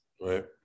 right